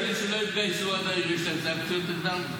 כל מי שלא התגייסו, יש סנקציות נגדם?